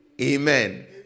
amen